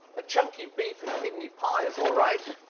a chunky beef and kidney pie is all right.